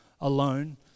alone